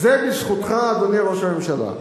זה בזכותך, אדוני ראש הממשלה?